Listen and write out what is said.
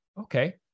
Okay